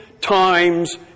times